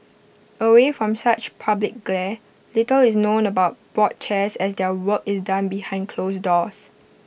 away from such public glare little is known about board chairs as their work is done behind closed doors